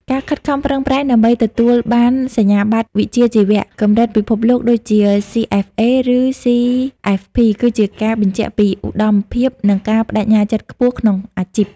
ការខិតខំប្រឹងប្រែងដើម្បីទទួលបានសញ្ញាបត្រវិជ្ជាជីវៈកម្រិតពិភពលោកដូចជា CFA ឬ CFP គឺជាការបញ្ជាក់ពីឧត្តមភាព និងការប្ដេជ្ញាចិត្តខ្ពស់ក្នុងអាជីព។